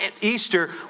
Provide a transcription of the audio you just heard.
Easter